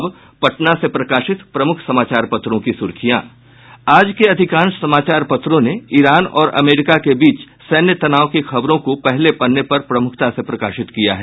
अब पटना से प्रकाशित प्रमुख समाचार पत्रों की सुर्खियां आज के अधिकांश समाचार पत्रों ने ईरान और अमेरिका के बीच सैन्य तनाव की खबरों को पहले पन्ने पर प्रमुखता से प्रकाशित किया है